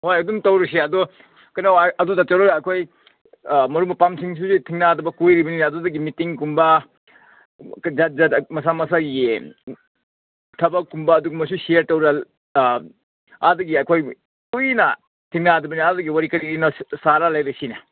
ꯍꯣꯏ ꯑꯗꯨꯝ ꯇꯧꯔꯁꯤ ꯑꯗꯣ ꯀꯩꯅꯣ ꯑꯗꯨꯗ ꯇꯧꯔꯒ ꯑꯩꯈꯣꯏ ꯃꯔꯨꯞ ꯃꯄꯥꯡꯁꯤꯡꯁꯤꯁꯨ ꯊꯦꯡꯅꯗꯕ ꯀꯨꯏꯔꯕꯅꯤꯅ ꯑꯗꯨꯗꯒꯤ ꯃꯤꯇꯤꯡ ꯀꯨꯝꯕ ꯃꯁꯥ ꯃꯁꯥꯒꯤ ꯊꯕꯛ ꯀꯨꯝꯕ ꯑꯗꯨꯒꯨꯝꯕꯁꯨ ꯁꯤꯌꯥꯔ ꯇꯧꯔꯒ ꯑꯥꯗꯒꯤ ꯑꯩꯈꯣꯏ ꯀꯨꯏꯅ ꯊꯦꯡꯅꯗꯕꯅꯤꯅ ꯑꯥꯗꯒꯤ ꯋꯥꯔꯤ ꯀꯔꯤ ꯀꯔꯤꯅꯣ ꯁꯥꯔꯒ ꯂꯩꯔꯁꯤꯅꯦ